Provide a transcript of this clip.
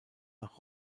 nach